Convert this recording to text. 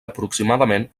aproximadament